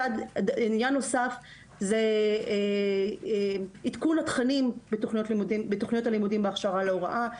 עניין נוסף זה עדכון התכנים בתוכניות הלימודים בהכשרה להוראה.